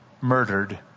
murdered